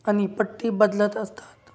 आणि पट्टी बदलत असतात